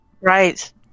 Right